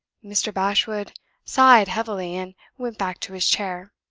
mr. bashwood sighed heavily, and went back to his chair.